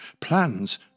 Plans